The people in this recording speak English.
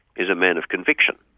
is a man of conviction.